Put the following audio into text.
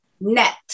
net